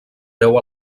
veu